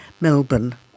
Melbourne